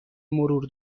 مرور